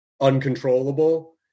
uncontrollable